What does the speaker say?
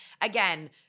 again